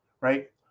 right